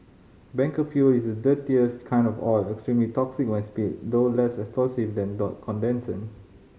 bunker fuel is dirtiest kind of oil extremely toxic when spilled though less explosive than the condensate